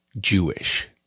Jewish